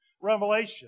revelation